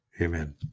Amen